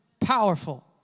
Powerful